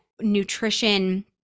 nutrition –